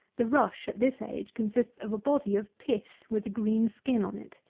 the rush at this age, consists of a body of pith with a green skin on it.